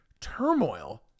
turmoil